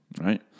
right